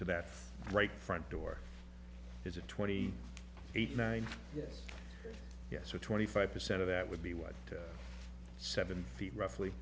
to that right front door is a twenty eight nine yes yes or twenty five percent of that would be what seven feet roughly